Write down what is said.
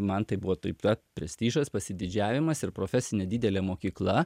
man tai buvo taip pat prestižas pasididžiavimas ir profesine didelė mokykla